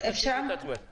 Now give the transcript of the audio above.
תציגי את עצמך.